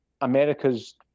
America's